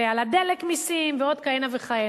על הדלק מסין ועוד כהנה וכהנה.